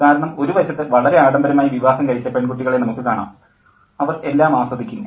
കാരണം ഒരു വശത്ത് വളരെ ആഡംബരമായി വിവാഹം കഴിച്ച പെൺകുട്ടികളെ നമുക്കു കാണാം അവർ എല്ലാം ആസ്വദിക്കുന്നു